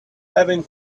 having